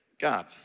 God